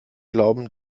glauben